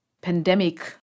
pandemic